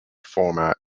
format